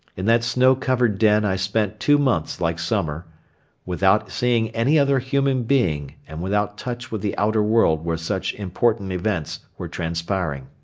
in that snow-covered den i spent two months like summer without seeing any other human being and without touch with the outer world where such important events were transpiring.